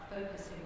focusing